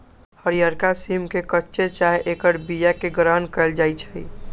हरियरका सिम के कच्चे चाहे ऐकर बियाके ग्रहण कएल जाइ छइ